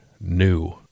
new